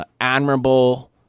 Admirable